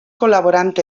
col·laborant